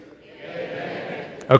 Okay